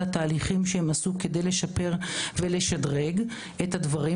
התהליכים שהם עשו כדי לשפר ולשדרג את הדברים,